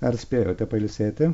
ar spėjote pailsėti